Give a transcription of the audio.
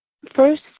First